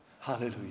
Hallelujah